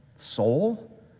soul